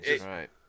right